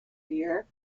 dear